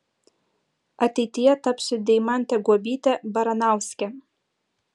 ateityje tapsiu deimante guobyte baranauske